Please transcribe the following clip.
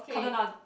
Cotton-On